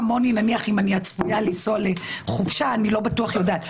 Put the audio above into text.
לא כמוני שאם אני צפויה לנסוע לחופשה אני לא בטוח יודעת.